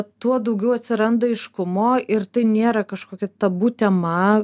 tuo daugiau atsiranda aiškumo ir tai nėra kažkokia tabu tema